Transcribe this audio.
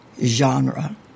genre